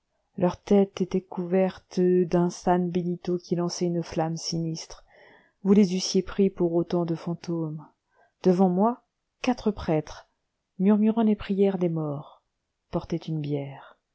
leur tête était couverte d'un san benito qui lançait une flamme sinistre vous les eussiez pris pour autant de fantômes devant moi quatre prêtres murmurant les prières des morts portaient une bière